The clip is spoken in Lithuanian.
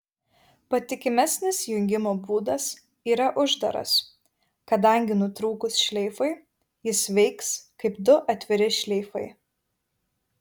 patikimesnis jungimo būdas yra uždaras kadangi nutrūkus šleifui jis veiks kaip du atviri šleifai